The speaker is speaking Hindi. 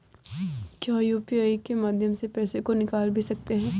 क्या यू.पी.आई के माध्यम से पैसे को निकाल भी सकते हैं?